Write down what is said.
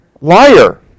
liar